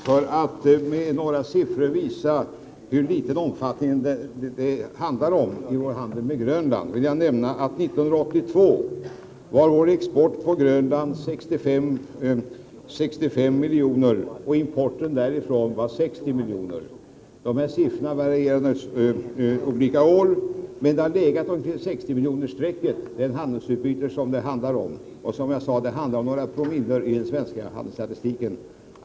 Herr talman! För att i all korthet visa med några siffror hur liten omfattning vår handel med Grönland har vill jag nämna att vår export på Grönland var 65 miljoner och importen därifrån 60 miljoner år 1982. Siffrorna varierar naturligtvis olika år, men det handelsutbyte vi diskuterar har legat kring 60-miljonersstrecket. Det handlar som sagt om några promille av den svenska utrikeshandeln.